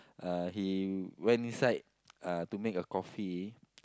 uh he went inside uh to make a coffee